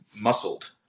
muscled